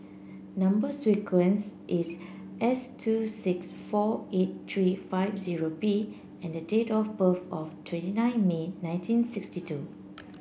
number sequence is S two six four eight three five zero B and date of birth of twenty nine May nineteen sixty two